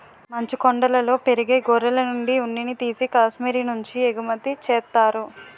మంచుకొండలలో పెరిగే గొర్రెలనుండి ఉన్నిని తీసి కాశ్మీరు నుంచి ఎగుమతి చేత్తారు